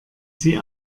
sie